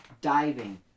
diving